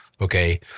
Okay